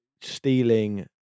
Stealing